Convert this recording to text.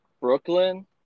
Brooklyn